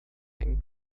mengen